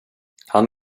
han